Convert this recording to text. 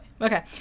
Okay